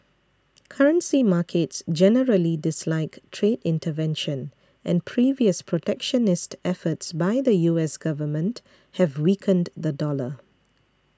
currency markets generally dislike trade intervention and previous protectionist efforts by the U S government have weakened the dollar